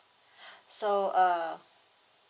so err